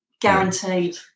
Guaranteed